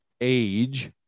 age